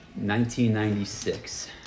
1996